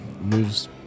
moves